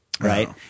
Right